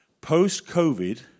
Post-COVID